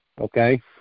Okay